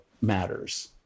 matters